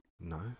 No